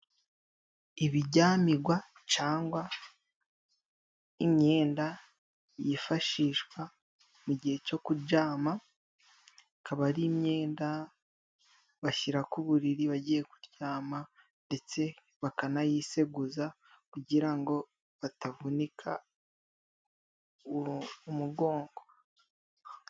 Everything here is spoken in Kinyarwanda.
Ibijyamigwa cangwa imyenda yifashishwa mu gihe co kujama .Akaba ari imyenda bashyira ku buriri bagiye kuryama, ndetse bakanayiseguza kugira ngo batavunika uwo mugongo.